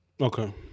Okay